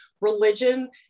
religion